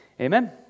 Amen